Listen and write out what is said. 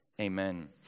amen